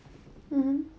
mmhmm